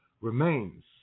remains